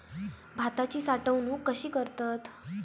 भाताची साठवूनक कशी करतत?